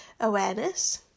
awareness